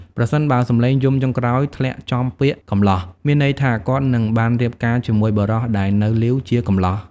ប្រសិនបើសំឡេងយំចុងក្រោយធ្លាក់ចំពាក្យ កំលោះ មានន័យថាគាត់នឹងបានរៀបការជាមួយបុរសដែលនៅលីវ ជាកំលោះ ។